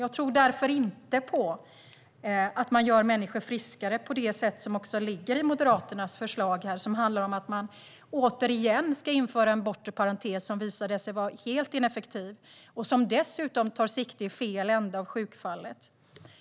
Jag tror därför inte på att man gör människor friskare på det sätt som ligger i Moderaternas förslag och som handlar om att man återigen ska införa en bortre parentes som visade sig vara helt ineffektiv och som dessutom tar sikte på fel ände av sjukfallet.